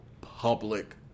public